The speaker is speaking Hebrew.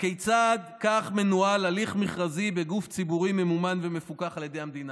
הכיצד כך מנוהל הליך מכרזי בגוף ציבורי ממומן ומפוקח על ידי המדינה?